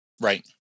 Right